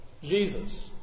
Jesus